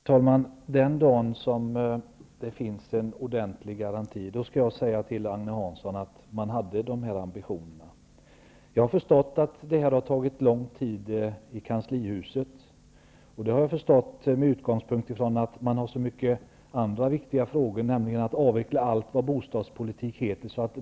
Herr talman! Den dag som det finns en ordentlig garanti skall jag säga till Agne Hansson att ambitionerna fanns. Jag har förstått att handläggningen har tagit lång tid i Kanslihuset. Jag har förstått det med utgångspunkt i att regeringen har så många andra viktiga frågor att arbeta med, bl.a. att avveckla allt vad bostadspolitik heter.